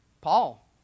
Paul